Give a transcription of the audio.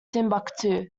timbuktu